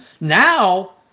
Now